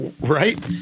Right